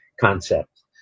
concept